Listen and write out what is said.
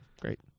great